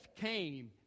came